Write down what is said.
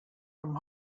from